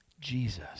Jesus